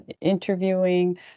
interviewing